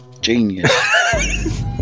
genius